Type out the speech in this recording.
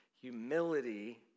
humility